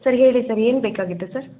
sir ಹೇಳಿ sir ಏನು ಬೇಕಾಗಿತ್ತು ಸರ್